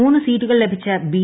മൂന്ന് സീറ്റുകൾ ലഭിച്ച ബി